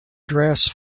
dress